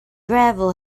gravel